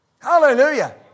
Hallelujah